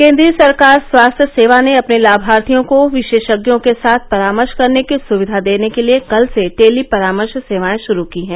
केन्द्रीय सरकार स्वास्थ्य सेवा ने अपने लाभार्थियों को विशेषज्ञों के साथ परामर्श करने की सुविधा देने के लिए कल से टेली परामर्श सेवाएं शुरू की हैं